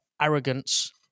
arrogance